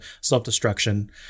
self-destruction